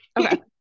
okay